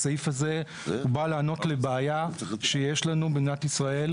הסיעף הזה בא לענות על בעיה שיש לנו במדינת ישראל,